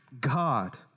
God